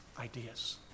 ideas